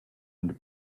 and